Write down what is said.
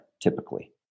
Typically